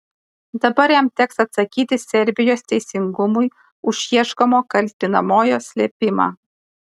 dabar jam teks atsakyti serbijos teisingumui už ieškomo kaltinamojo slėpimą